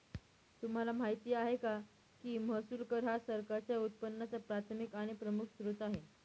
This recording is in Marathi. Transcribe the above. तुम्हाला माहिती आहे का की महसूल कर हा सरकारच्या उत्पन्नाचा प्राथमिक आणि प्रमुख स्त्रोत आहे